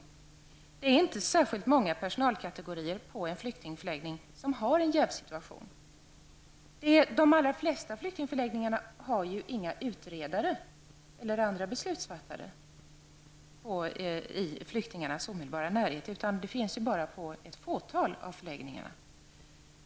Det är inte särskilt många personalkategorier på en flyktingförläggning som befinner sig i en jävssituation. De allra flesta flyktingförläggningar har inte utredare eller andra beslutsfattare i flyktingarnas omedelbara närhet. Det finns bara på ett fåtal av förläggningarna.